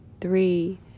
three